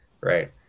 right